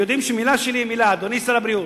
ויודעים שמלה שלי היא מלה, אדוני שר הבריאות,